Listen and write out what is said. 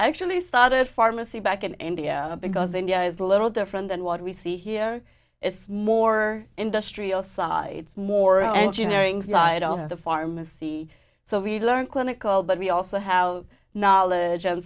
actually thought at pharmacy back in india because india is a little different than what we see here it's more industrial sides more engineering slide all the pharmacy so we learn clinical but we also have knowledge and